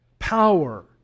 power